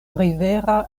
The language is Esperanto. rivera